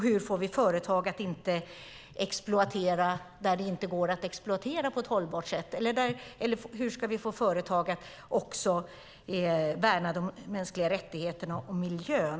Hur får vi företag att inte exploatera där det inte går att exploatera på ett hållbart sätt? Hur ska vi få företag att värna de mänskliga rättigheterna och miljön?